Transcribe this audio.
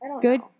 good